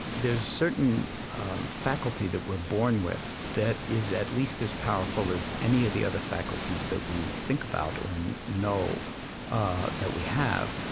there's a certain faculty that we're born with that is at least as powerful as any of the other faculties that we think about or and know ah that we have,